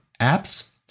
Apps